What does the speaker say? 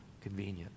convenient